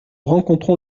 rencontrons